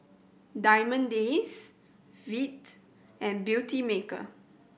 Diamond Days Veet and Beautymaker